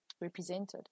represented